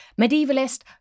medievalist